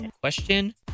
Question